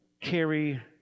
carry